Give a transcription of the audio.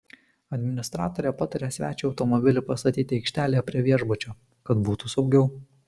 administratorė patarė svečiui automobilį pastatyti aikštelėje prie viešbučio kad būtų saugiau